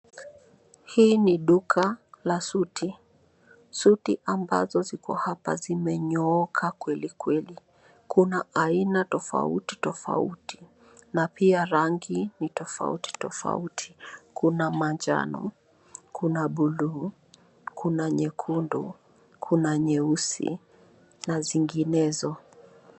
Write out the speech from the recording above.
Hii ni duka la suti. Suti ambazo ziko hapa zimenyooka kweli kweli. Kuna aina tofauti tofauti, na pia rangi ni tofauti tofauti. Kuna manjano, kuna buluu, kuna nyekundu, kuna nyeusi, na zinginezo.